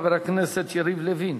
חבר הכנסת יריב לוין,